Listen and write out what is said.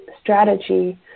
strategy